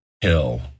hill